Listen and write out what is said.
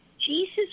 Jesus